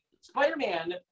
Spider-Man